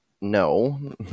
No